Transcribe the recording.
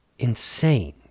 insane